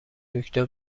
دکتر